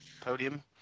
podium